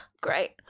great